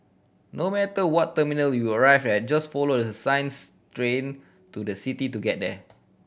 no matter what terminal you arrive at just follow the signs Train to the city to get there